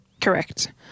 Correct